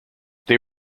they